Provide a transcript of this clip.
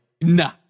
nah